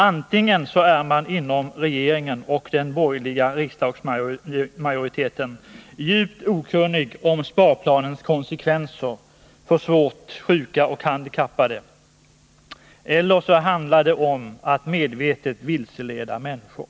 Antingen är man inom regeringen och den borgerliga riksdagsmajoriteten djupt okunnig om sparplanens konsekvenser för svårt Besparingar i sjuka och handikappade, eller också handlar det om att medvetet vilseleda människor.